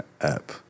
app